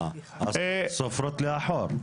אה, אז סופרות לאחור.